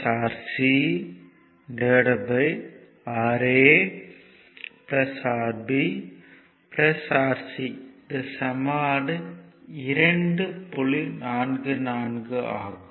44 ஆகும்